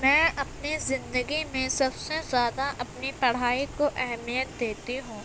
میں اپنی زندگی میں سب سے زیادہ اپنی پڑھائی کو اہمیت دیتی ہوں